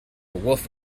wolf